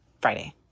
Friday